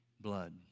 blood